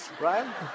Right